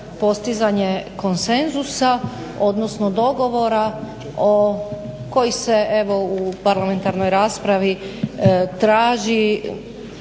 postizanje konsenzusa odnosno dogovora koji se evo u parlamentarnoj raspravi traži